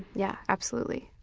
yeah, absolutely,